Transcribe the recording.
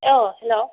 औ हेल'